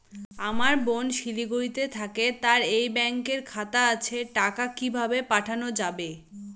আমার বোন শিলিগুড়িতে থাকে তার এই ব্যঙকের খাতা আছে টাকা কি ভাবে পাঠানো যাবে?